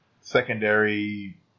secondary